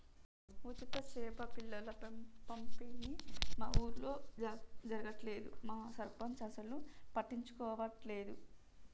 ఉచిత చేప పిల్లల పంపిణీ మా ఊర్లో జరగట్లేదు మా సర్పంచ్ అసలు పట్టించుకోవట్లేదు